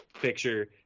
picture